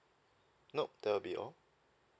no that will be all